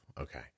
Okay